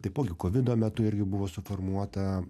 taipogi kovido metu irgi buvo suformuota